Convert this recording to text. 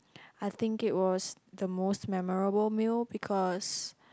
I think it was the most memorable meal because